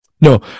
No